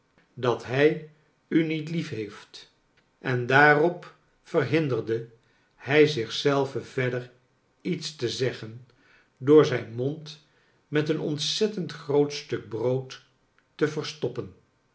dat hij u niet liefheeft en daarop verhinderde hij zich zelven verder iets te zeggen door zijn mond met een ontzettend groot stuk brood te verstoppen